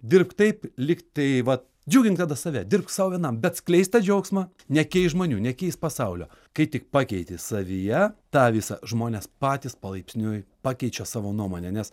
dirbk taip lyg tai va džiugink tada save dirbk sau vienam bet skleisk tą džiaugsmą nekeisk žmonių nekeisk pasaulio kai tik pakeiti savyje tą visą žmonės patys palaipsniui pakeičia savo nuomonę nes